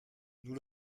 nous